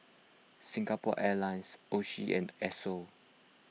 Singapore Airlines Oishi and Esso